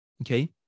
Okay